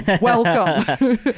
welcome